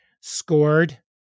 scored